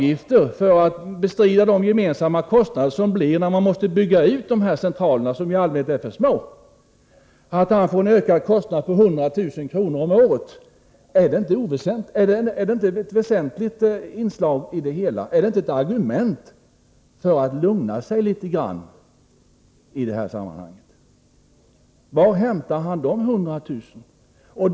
om året i avgifter för bestridande av de gemensamma kostnader som uppstår, när man måste bygga ut dessa centraler. Är det inte ett väsentligt inslag i det hela? Är det inte ett argument för att lugna sig litet? Var hämtar taxiägaren dessa 100000 kr.?